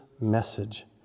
message